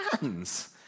hands